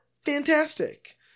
fantastic